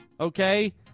okay